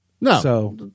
No